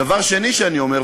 דבר שני שאני אומר,